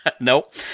Nope